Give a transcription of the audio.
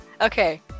okay